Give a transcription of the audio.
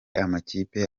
amakipe